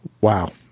wow